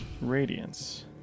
Radiance